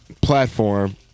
platform